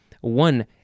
One